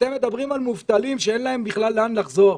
אתם מדברים על מובטלים שאין להם בכלל לאן לחזור.